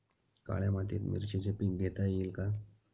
काळ्या मातीत मिरचीचे पीक घेता येईल का?